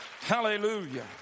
Hallelujah